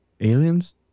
aliens